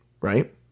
Right